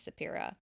Sapira